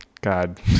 God